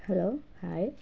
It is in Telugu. hello hi